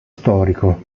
storico